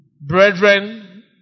Brethren